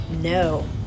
no